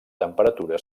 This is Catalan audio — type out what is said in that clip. temperatura